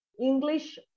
english